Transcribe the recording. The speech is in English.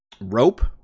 rope